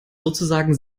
sozusagen